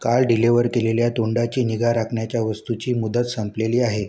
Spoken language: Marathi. काल डिलेवर केलेल्या तोंडाची निगा राखण्याच्या वस्तूची मुदत संपलेली आहे